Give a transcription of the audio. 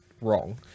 wrong